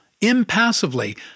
impassively